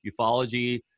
ufology